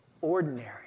ordinary